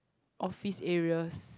office areas